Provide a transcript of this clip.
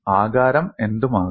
ആകാരം എന്തും ആകാം